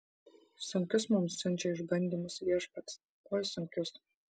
sunkius mums siunčia išbandymus viešpats oi sunkius